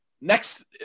next